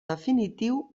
definitiu